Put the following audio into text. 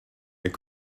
est